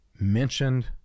mentioned